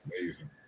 amazing